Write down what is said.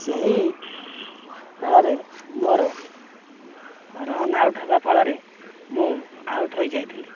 ସେହି କାଳରେ ମୋର ରନ୍ ଆଉଟ୍ ହେବା ଫଳରେ ମୁଁ ଆଉଟ୍ ହୋଇଯାଇଥିଲି